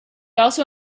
also